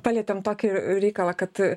palietėm tokį reikalą kad